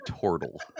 turtle